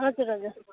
हजुर हजुर